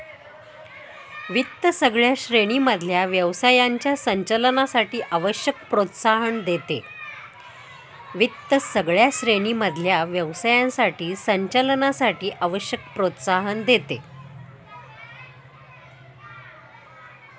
वित्त सगळ्या श्रेणी मधल्या व्यवसायाच्या संचालनासाठी आवश्यक प्रोत्साहन देते